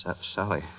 Sally